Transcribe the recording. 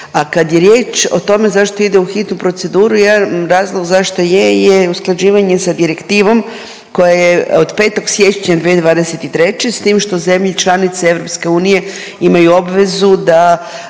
A kad je riječ o tome zašto ide u hitnu proceduru jedan razlog zašto je je usklađivanje sa direktivom koja je od 5. siječnja 2023. s tim što zemlje članice EU imaju obvezu da